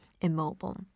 immobile